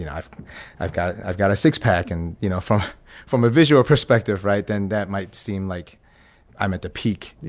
and i've i've got i've got a six pack. and, you know, far from a visual perspective, right then that might seem like i'm at the peak. yeah.